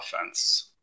offense